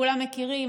כולם מכירים,